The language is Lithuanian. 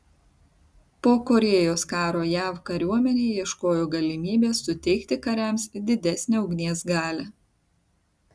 po korėjos karo jav kariuomenė ieškojo galimybės suteikti kariams didesnę ugnies galią